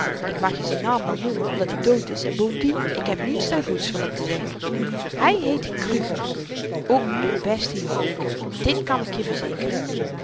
ik mag je z'n naam wel noemen omdat i dood is en bovendien ik heb niets dan goeds van hem te zeggen hy heette kruger o n beste jongen dit kan ik je verzekeren